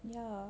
ya